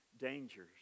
dangers